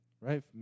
right